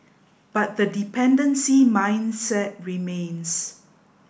but the dependency mindset remains